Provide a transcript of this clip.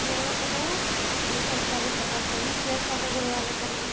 ᱜᱚᱲᱚ ᱠᱚᱫᱚ ᱢᱟᱱᱮ ᱥᱚᱨᱠᱟᱨᱤ ᱯᱟᱴᱷᱟ ᱠᱷᱚᱱ ᱵᱮᱵᱽᱥᱟ ᱠᱚ ᱜᱚᱲᱚ ᱟᱞᱮ ᱠᱟᱱᱟ